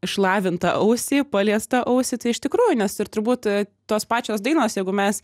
išlavintą ausį paliestą ausį tai iš tikrųjų nes ir turbūt tos pačios dainos jeigu mes